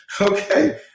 Okay